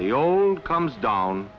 the old comes down